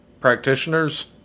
practitioners